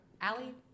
Allie